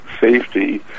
safety